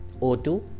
O2